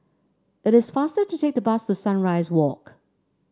it is faster to take the bus to Sunrise Walk